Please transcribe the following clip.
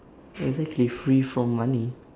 exactly free from money